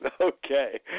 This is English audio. Okay